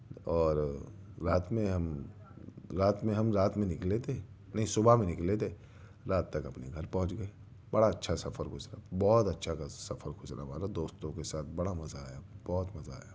اور رات میں ہم رات میں ہم رات میں نکلے تھے نہیں صُبح میں نکلے تھے رات تک اپنے گھر پہنچ گئے بڑا اچھا سفر گزرا بہت اچھا تھا سفر گزرا ہمارا دوستوں کے ساتھ بڑا مزہ آیا بہت مزہ آیا